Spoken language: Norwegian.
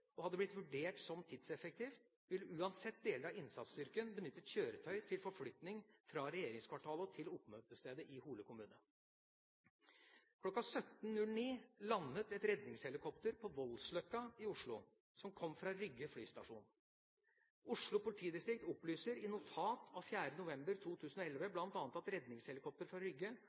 og hadde blitt vurdert som tidseffektivt, ville uansett deler av innsatsstyrken benyttet kjøretøy til forflytning fra Regjeringskvartalet og til oppmøtested i Hole Kommune.» Kl. 17.09 landet et redningshelikopter på Voldsløkka i Oslo som kom fra Rygge flystasjon. Oslo politidistrikt opplyser i notat av 4. november 2011 bl.a. at redningshelikopteret fra Rygge